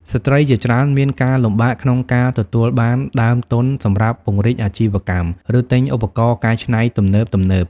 ស្ត្រីជាច្រើនមានការលំបាកក្នុងការទទួលបានដើមទុនសម្រាប់ពង្រីកអាជីវកម្ម ឬទិញឧបករណ៍កែច្នៃទំនើបៗ។